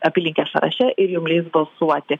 apylinkės sąraše ir jum leis balsuoti